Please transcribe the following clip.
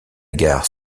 gare